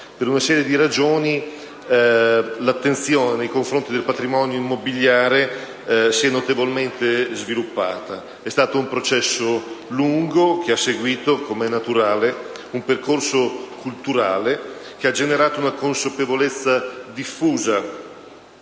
Per una serie di ragioni l'attenzione nei confronti del patrimonio immobiliare si è notevolmente sviluppata. Si è trattato di un processo lungo, che ha seguito, com'è naturale, un percorso culturale che ha generato una consapevolezza diffusa